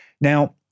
Now